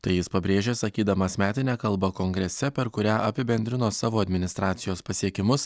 tai jis pabrėžė sakydamas metinę kalbą kongrese per kurią apibendrino savo administracijos pasiekimus